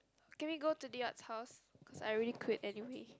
can we go to the Art house cause I already quit anyway